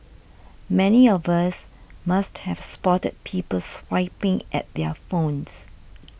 many of us must have spotted people swiping at their phones